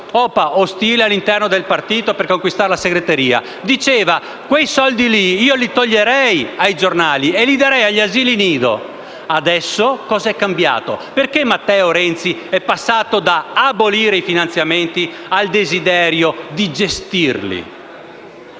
OPA ostile all'interno del partito per conquistare la segreteria. Diceva che avrebbe tolto quei soldi ai giornali per darli agli asili nido. E adesso cos'è cambiato? Perché Matteo Renzi è passato dall'abolizione dei finanziamenti al desiderio di gestirli?